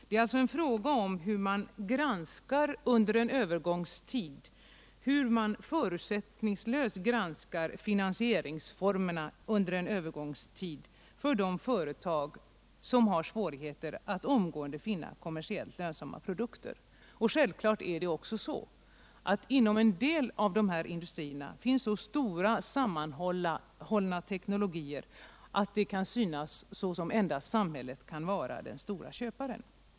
Det är alltså en fråga om hur man förutsättningslöst under en övergångstid granskar finansieringsformerna för de företag som har svårigheter att omgående finna kommersiellt lönsamma produkter. Självfallet är det också så, att det inom en del av dessa industrier finns så stora sammanhållna teknologier att det kan synas som om endast samhället kan vara den stora köparen.